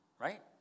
Right